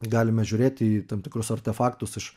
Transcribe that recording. galime žiūrėti į tam tikrus artefaktus iš